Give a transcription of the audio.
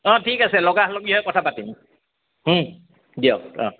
অঁ ঠিক আছে লগা লগি হৈ কথা পাতিম দিয়ক অঁ